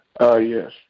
Yes